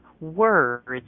words